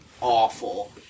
awful